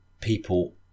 people